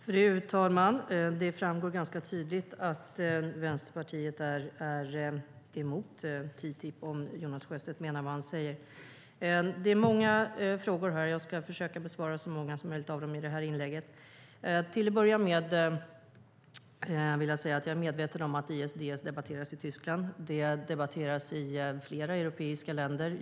Fru talman! Det framgår ganska tydligt att Vänsterpartiet är emot TTIP, om Jonas Sjöstedt menar vad han säger. Det har ställts många frågor, och jag ska försöka besvara så många som möjligt av dem i detta inlägg. Till att börja med vill jag säga att jag är medveten om att ISDS debatteras i Tyskland. Det debatteras i flera europeiska länder.